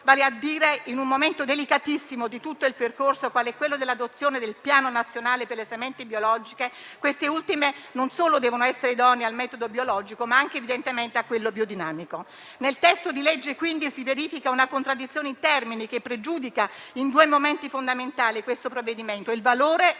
vale a dire in un momento delicatissimo di tutto il percorso quale è quello dell'adozione del Piano nazionale per le sementi biologiche, queste ultime non solo devono essere idonee al metodo biologico, ma anche evidentemente a quello biodinamico. Nel testo di legge, quindi, si verifica una contraddizione in termini, che pregiudica in due momenti fondamentali questo provvedimento: il valore e la